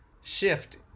shift